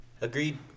agreed